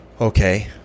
okay